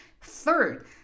Third